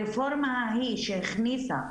הרפורמה ההיא שהכניסה,